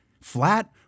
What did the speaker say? flat